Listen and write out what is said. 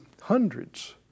hundreds